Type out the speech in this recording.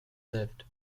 lived